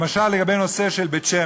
למשל, לגבי בית-שמש.